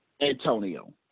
Antonio